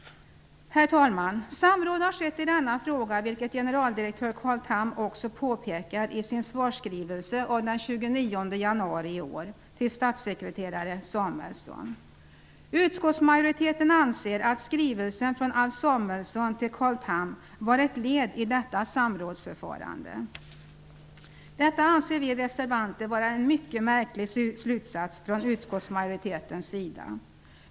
Herr talman! Samråd har skett i denna fråga, vilket generaldirektör Carl Tham också påpekar i sin svarsskrivelse av den 29 januari i år till statssekreterare Samuelsson. Utskottsmajoriteten anser att skrivelsen från Alf Samuelsson till Carl Tham var ett led i detta samrådsförfarande. Detta anser vi reservanter vara en mycket märklig slutsats från utskottsmajoritetens sida.